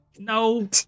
No